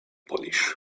polish